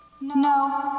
No